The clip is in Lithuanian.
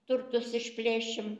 turtus išplėšim